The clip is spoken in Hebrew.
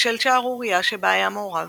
בשל שערורייה שבה היה מעורב,